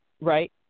right